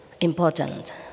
important